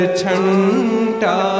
chanta